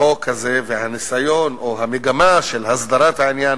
החוק הזה, הניסיון, או המגמה של הסדרת העניין